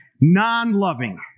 non-loving